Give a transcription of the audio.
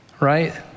right